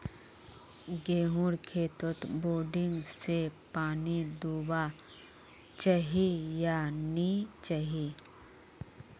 गेँहूर खेतोत बोरिंग से पानी दुबा चही या नी चही?